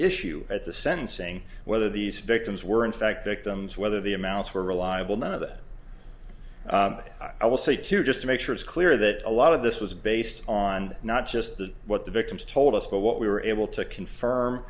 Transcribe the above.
issue at the sentencing whether these victims were in fact victims whether the amounts were reliable none of that but i will say to just make sure it's clear that a lot of this was based on not just the what the victims told us but what we were able to confirm